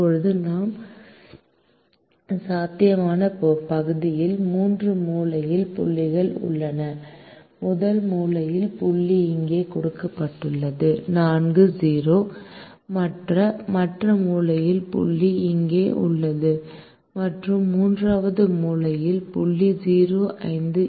இப்போது நம் சாத்தியமான பகுதியில் 3 மூலையில் புள்ளிகள் உள்ளன முதல் மூலையில் புள்ளி இங்கே கொடுக்கப்பட்டுள்ளது 4 0 மற்ற மூலையில் புள்ளி இங்கே உள்ளது மற்றும் மூன்றாவது மூலையில் புள்ளி 0 5